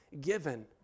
given